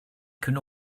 can